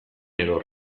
eror